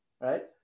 right